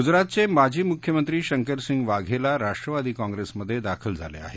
गुजरातचे माजी मुख्यमंत्री शंकरसिंह वाघेला राष्ट्रवादी काँप्रेसमधे दाखल झाले आहेत